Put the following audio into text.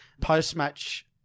post-match